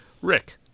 Rick